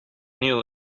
new